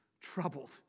troubled